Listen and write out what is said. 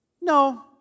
No